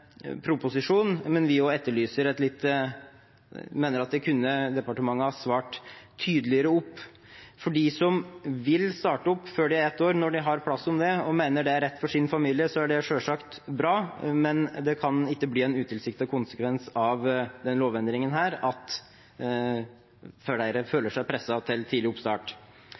proposisjon, men vi etterlyser her at departementet svarer tydeligere. For dem som vil starte opp før de er ett år når de har plass, og mener det er rett for sin familie, er det selvsagt bra, men det kan ikke bli en utilsiktet konsekvens av denne lovendringen at flere føler seg presset til tidlig oppstart.